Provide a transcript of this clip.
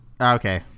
Okay